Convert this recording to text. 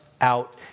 out